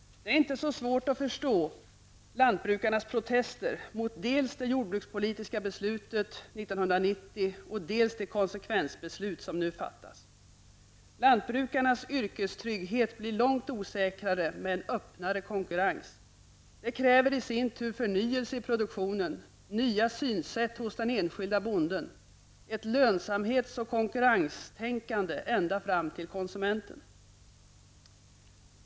Det är inte så svårt att förstå lantbrukarnas protester mot dels det jordbrukspolitiska beslutet 1990, dels de konsekvensbeslut som nu kommer att fattas. Lantbrukarnas yrkestrygghet blir långt osäkrare med en öppnare konkurrens, det kräver i sin tur förnyelse i produktionen, nya synsätt hos den enskilda bonden, ett lönsamhets och konkurrenstänkande ända fram till konsumenten.